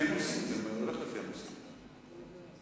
זה הולך לפי הנושאים.